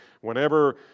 Whenever